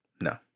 no